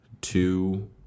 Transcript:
two